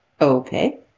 Okay